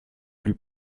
plus